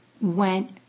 went